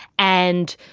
and,